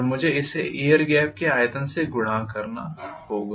और मुझे इसे एयर गेप के आयतन से गुणा करना होगा